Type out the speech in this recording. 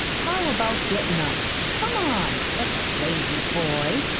how about gettin' up? come on! such a lazy boy!